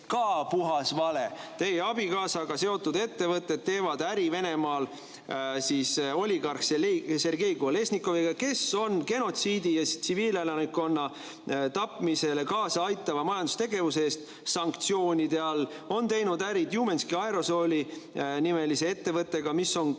Ka puhas vale! Teie abikaasaga seotud ettevõtted teevad äri Venemaal oligarh Sergei Kolesnikoviga, kes on genotsiidi ja tsiviilelanikkonna tapmisele kaasa aitava majandustegevuse eest sanktsioonide all, on teinud äri Tjumenski Aerosoli nimelise ettevõttega, mis on